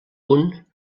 punt